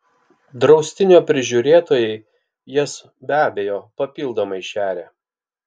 draustinio prižiūrėtojai jas be abejo papildomai šerią